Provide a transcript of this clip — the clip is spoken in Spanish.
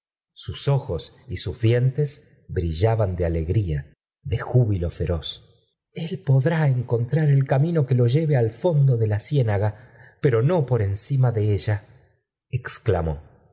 sus ojos y raía dimites brillaban de alegría de júbilo feroz el podrá encontrar el camino que lo lleve al fondo de la ciénaga pero no por encima de ella exclamó